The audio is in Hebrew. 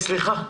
סליחה.